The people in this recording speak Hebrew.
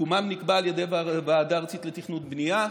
מיקומן נקבע על ידי ועדה ארצית לתכנון ובנייה,